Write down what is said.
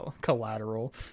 collateral